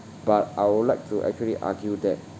but I would like to actually argue that